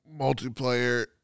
multiplayer